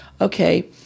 okay